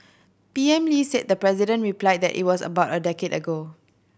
P M Lee said the president replied that it was about a decade ago